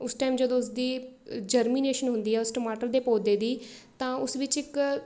ਉਸ ਟਾਈਮ ਜਦੋਂ ਉਸਦੀ ਜਰਮੀਨੇਸ਼ਨ ਹੁੰਦੀ ਹੈ ਉਸ ਟਮਾਟਰ ਦੇ ਪੌਦੇ ਦੀ ਤਾਂ ਉਸ ਵਿੱਚ ਇੱਕ